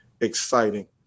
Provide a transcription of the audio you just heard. exciting